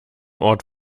ort